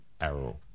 Arrow